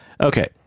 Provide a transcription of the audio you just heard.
Okay